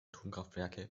atomkraftwerke